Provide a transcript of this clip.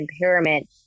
impairment